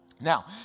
Now